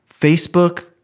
Facebook